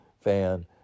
fan